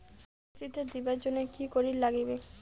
কিস্তি টা দিবার জন্যে কি করির লাগিবে?